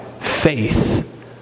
faith